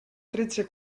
tretze